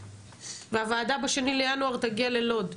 והוועדה ב-2 בינואר תגיע ללוד.